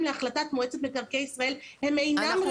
להחלטת מועצת מקרקעי ישראל הם אינם ראויים,